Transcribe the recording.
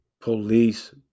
police